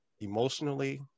emotionally